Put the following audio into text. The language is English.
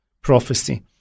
prophecy